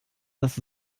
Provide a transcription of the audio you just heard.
dass